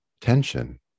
tension